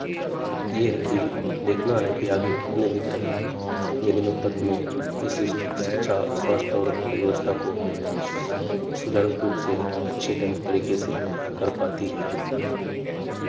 ये है कि देखना है कि आगे कितने दिन तक कितने दिनों तक में इस शिक्षा स्वास्थ्य और अर्थ व्यवस्था को सुचारू रूप से अच्छे ढंग तरीके से कर पाती है